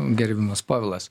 gerbiamas povilas